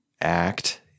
act